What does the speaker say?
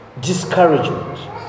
discouragement